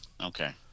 Okay